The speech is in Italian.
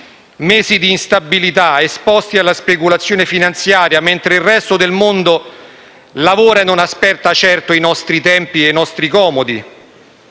mesi di instabilità esposti alla speculazione finanziaria, mentre il resto del mondo lavora e non aspetta certo i nostri tempi e i nostri comodi